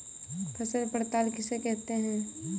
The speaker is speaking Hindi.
फसल पड़ताल किसे कहते हैं?